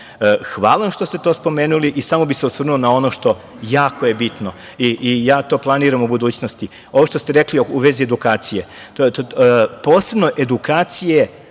vam što ste to spomenuli i samo bih se osvrnuo na ono što je jako bitno i to planiram u budućnosti, ovo što ste rekli u vezi edukacije, posebno edukacije